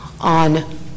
on